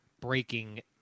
breaking